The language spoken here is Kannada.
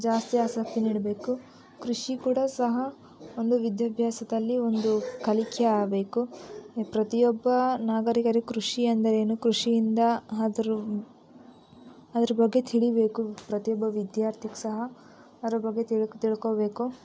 ಜಾಸ್ತಿ ಆಸಕ್ತಿ ನೀಡಬೇಕು ಕೃಷಿ ಕೂಡ ಸಹ ಒಂದು ವಿದ್ಯಾಭ್ಯಾಸದಲ್ಲಿ ಒಂದು ಕಲಿಕೆ ಆಗಬೇಕು ಈ ಪ್ರತಿಯೊಬ್ಬ ನಾಗರಿಕರಿಗ್ ಕೃಷಿ ಅಂದರೇನು ಕೃಷಿ ಇಂದ ಅದರ ಅದ್ರ ಬಗ್ಗೆ ತಿಳಿಬೇಕು ಪ್ರತಿಯೊಬ್ಬ ವಿದ್ಯಾರ್ಥಿಗ್ ಸಹ ಅದ್ರ ಬಗ್ಗೆ ತಿಳ್ಕೊ ತಿಳ್ಕೋಬೇಕು